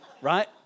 right